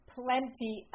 plenty